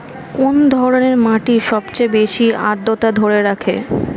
কোন ধরনের মাটি সবথেকে বেশি আদ্রতা ধরে রাখে?